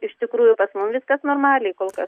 iš tikrųjų pas mum viskas normaliai kol kas